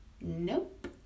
nope